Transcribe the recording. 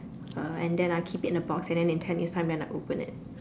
uh and then I keep it in a box and then in ten years time then I open it